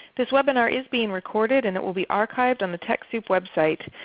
this webinar is being recorded and it will be archived on the techsoup website.